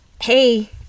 Hey